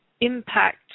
impact